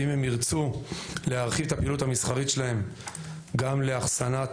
ואם הם ירצו להרחיב את הפעילות המסחרית שלהם גם לאחסנת